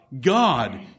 God